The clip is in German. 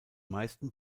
meisten